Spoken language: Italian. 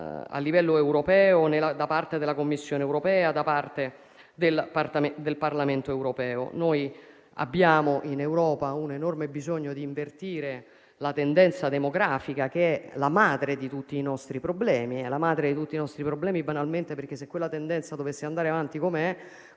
a livello europeo, da parte della Commissione europea e del Parlamento europeo. In Europa abbiamo un enorme bisogno di invertire la tendenza demografica, che è la madre di tutti i nostri problemi, banalmente perché, se dovesse andare avanti com'è,